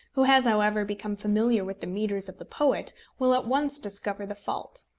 who has, however, become familiar with the metres of the poet, will at once discover the fault.